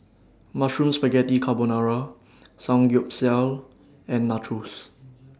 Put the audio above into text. Mushroom Spaghetti Carbonara Samgyeopsal and Nachos